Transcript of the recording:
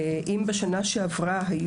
בשנה שעברה,